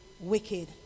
wicked